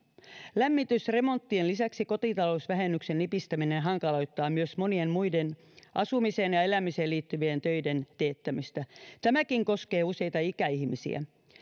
lämmitysremonttien lisäksi kotitalousvähennyksen nipistäminen hankaloittaa myös monien muiden asumiseen ja elämiseen liittyvien töiden teettämistä tämäkin koskee useita ikäihmisiä